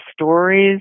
stories